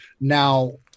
Now